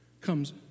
comes